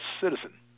citizen